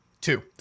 two